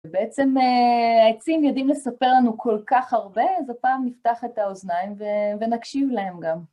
בעצם העצים יודעים לספר לנו כל כך הרבה, איזה פעם נפתח את האוזניים ונקשיב להם גם.